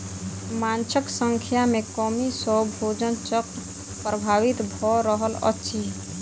माँछक संख्या में कमी सॅ भोजन चक्र प्रभावित भ रहल अछि